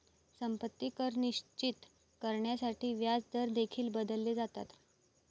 संपत्ती कर निश्चित करण्यासाठी व्याजदर देखील बदलले जातात